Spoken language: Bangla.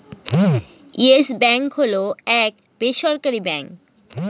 ইয়েস ব্যাঙ্ক হল এক বেসরকারি ব্যাঙ্ক